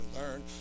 learn